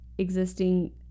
existing